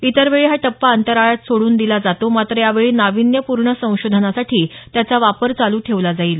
इतर वेळी हा टप्पा अंतराळात सोडून दिला जातो मात्र या वेळी नावीन्यपूर्ण संशोधनासाठी त्याचा वापर चालू ठेवला जाईल